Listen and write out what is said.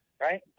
right